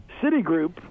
Citigroup